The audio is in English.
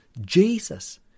Jesus